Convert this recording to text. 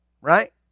right